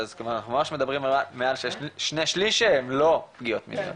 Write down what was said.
אז כמובן אנחנו ממש מדברים מעל שני שליש שהם לא פגיעות מיניות.